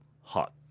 hot